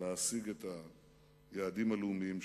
להשיג את היעדים הלאומיים שלנו.